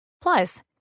Plus